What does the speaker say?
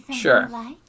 Sure